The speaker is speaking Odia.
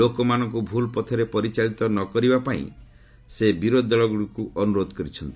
ଲୋକମାନଙ୍କୁ ଭୁଲ୍ ପଥରେ ପରିଚାଳିତ ନ କରିବା ପାଇଁ ସେ ବିରୋଧୀ ଦଳଗୁଡ଼ିକୁ ଅନୁରୋଧ କରିଛନ୍ତି